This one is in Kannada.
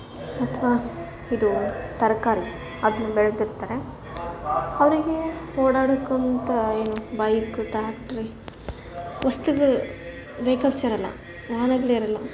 ಅಥವಾ ಇದು ತರಕಾರಿ ಅದ್ನ ಬೆಳೆದಿರ್ತಾರೆ ಅವರಿಗೆ ಓಡಾಡೋಕ್ಕಂತ ಏನು ಬೈಕು ಟ್ಯಾಕ್ಟ್ರಿ ವಸ್ತುಗಳು ವೇಕ್ಲಸ್ ಇರೋಲ್ಲ ವಾಹನಗಳಿರೋಲ್ಲ